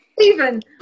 Stephen